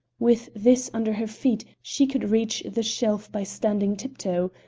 with this under her feet, she could reach the shelf by standing tiptoe.